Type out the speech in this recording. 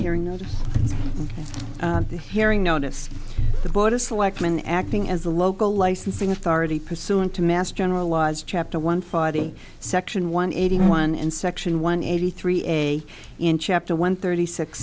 hearing notice the hearing notice the board of selectmen acting as a local licensing authority pursuant to mass general laws chapter one forty section one eighty one and section one eighty three a in chapter one thirty six